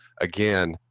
again